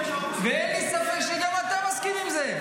ואין לי ספק שגם אתה מסכים עם זה.